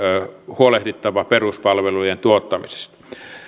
huolehdittava peruspalveluiden tuottamisesta